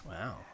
Wow